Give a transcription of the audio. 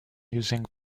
using